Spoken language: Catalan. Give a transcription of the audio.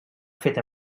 feta